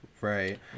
Right